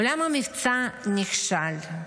אולם המבצע נכשל.